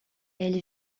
elle